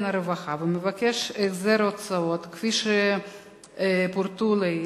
הרווחה ומבקש החזר הוצאות כפי שפורטו לעיל,